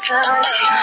Sunday